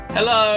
Hello